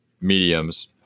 mediums